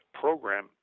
program